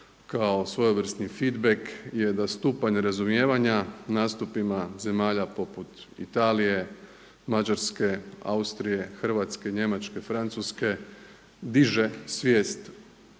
kao svojevrsni feedback je da stupanj razumijevanja nastupima zemalja poput Italije, Mađarske, Austrije, Hrvatske, Njemačke, Francuske diže svijest